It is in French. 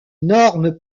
normes